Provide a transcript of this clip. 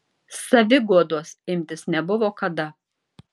saviguodos imtis nebuvo kada